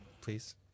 please